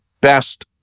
best